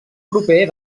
proper